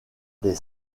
des